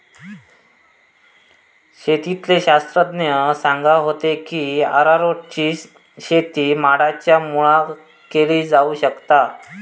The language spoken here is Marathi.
शेतीतले शास्त्रज्ञ सांगा होते की अरारोटची शेती माडांच्या मुळाक केली जावक शकता